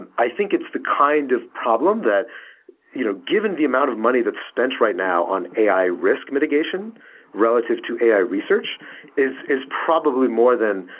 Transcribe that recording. and i think it's the kind of problem that you know given the amount of money that they spent right now on ai risk mitigation relative to ai research is is probably more than,